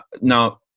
Now